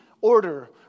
order